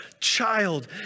child